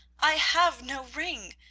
i have no ring.